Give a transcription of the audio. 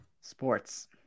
Sports